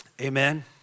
Amen